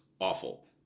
awful